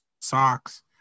socks